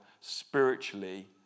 spiritually